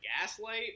Gaslight